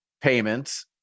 payments